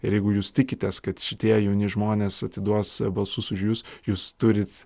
ir jeigu jūs tikitės kad šitie jauni žmonės atiduos balsus už jus jūs turit